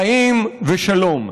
חיים בשלום.